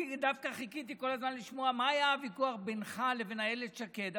אני דווקא חיכיתי כל הזמן לשמוע מה היה הוויכוח בינך לבין אילת שקד,